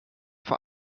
vor